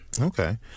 Okay